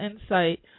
insight